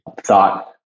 thought